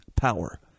power